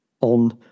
on